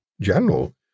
General